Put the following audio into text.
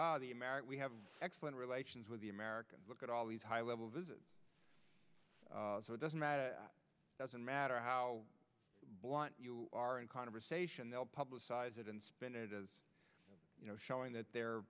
ah the america we have excellent relations with the americans look at all these high level visit so it doesn't matter doesn't matter how blunt you are in conversation they'll publicize it and spin it as you know showing that they're